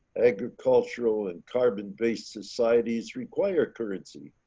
agricultural and carbon based societies require currency,